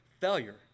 failure